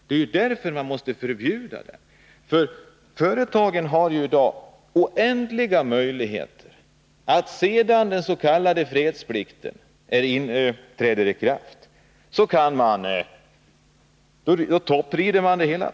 Det är därför man måste förbjuda lockout. Företagen har ju i dag oändliga möjligheter att, sedan den s.k. fredsplikten trätt i kraft, topprida det hela.